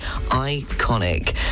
iconic